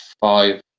five